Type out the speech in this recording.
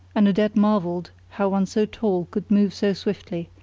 and odette marvelled how one so tall could move so swiftly,